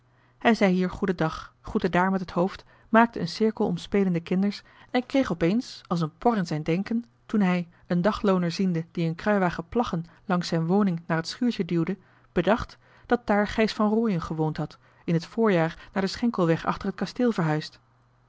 hij zei hier goeden dag groette daar met het hoofd maakte een cirkel om spelende kinders en kreeg opeens als een por in zijn denken toen hij een daglooner ziende die een kruiwagen plaggen langs zijn johan de meester de zonde in het deftige dorp woning naar het schuurtje duwde bedacht dat daar gijs van rooien gewoond had in het voorjaar naar den schenkelweg achter het kasteel verhuisd